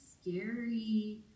scary